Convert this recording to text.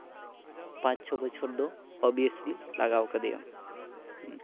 ᱯᱟᱸᱪ ᱪᱷᱚ ᱵᱚᱪᱷᱚᱨ ᱫᱚ ᱳᱵᱤᱭᱮᱥᱞᱤ ᱞᱟᱜᱟᱣ ᱟᱠᱟᱫᱮᱭᱟ